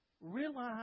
realize